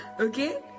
Okay